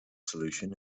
solution